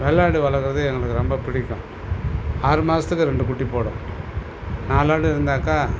வெள்ளாடு வளர்க்குறது எங்களுக்கு ரொம்ப பிடிக்கும் ஆறு மாதத்துக்கு ரெண்டு குட்டி போடும் நாலு ஆடு இருந்தாக்கா